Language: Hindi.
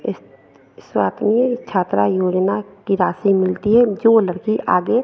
इस स्वातनीय छात्रा योजना की राशि मिलती है जो लड़की आगे